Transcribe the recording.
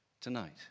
tonight